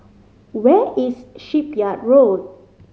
where is Shipyard Road